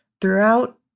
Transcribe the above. throughout